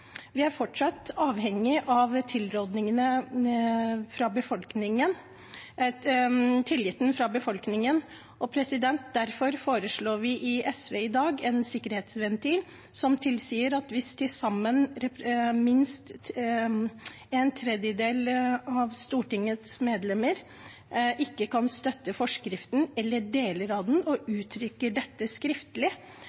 Vi er fortsatt avhengige av tilliten fra befolkningen. Derfor foreslår vi i SV i dag en sikkerhetsventil som sikrer at hvis til sammen minst en tredjedel av Stortingets medlemmer ikke kan støtte forskriften, eller deler av den, og